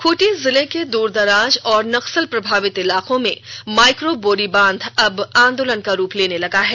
खूंटी जिले के दूर दराज और नक्सल प्रभावित इलाकों में माइक्रो बोरी बांध अब आंदोलन का रूप लेने लगा है